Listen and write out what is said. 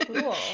Cool